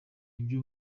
ibyo